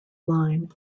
line